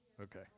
Okay